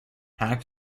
hack